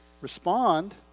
respond